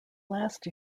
last